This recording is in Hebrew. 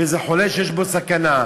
באיזה חולה שנשקפת לו סכנה,